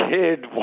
kid